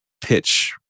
pitch